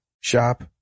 shop